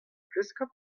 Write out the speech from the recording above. pleskob